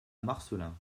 marcelin